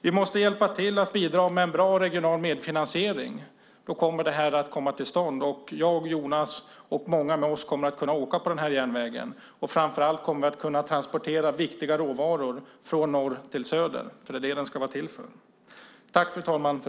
Vi måste hjälpa till att bidra med en bra regional medfinansiering. Då kommer det här att komma till stånd, och jag, Jonas och många med oss kommer att kunna åka på den här järnvägen. Framför allt kommer vi att kunna transportera viktiga råvaror från norr till söder, för det är det den ska vara till för.